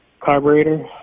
carburetor